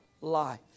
life